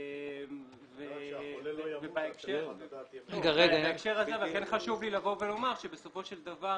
לכן לי לומר שבסופו של דבר